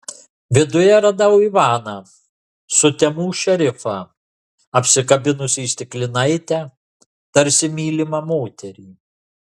viduje radau ivaną sutemų šerifą apsikabinusį stiklinaitę tarsi mylimą moterį